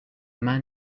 man